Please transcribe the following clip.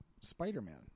Spider-Man